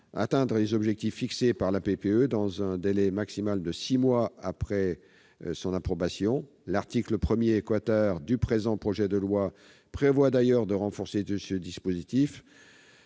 atteindre les objectifs fixés par la PPE dans un délai maximal de six mois après l'approbation de celle-ci. L'article 1 du présent projet de loi prévoit d'ailleurs de renforcer ce dispositif,